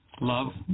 love